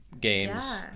games